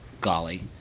Golly